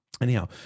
Anyhow